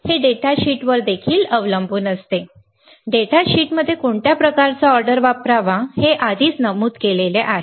हे डेटाशीटवर देखील अवलंबून असते डेटा शीटमध्ये कोणत्या प्रकारचा ऑर्डर वापरावा हे आधीच नमूद केलेले आहे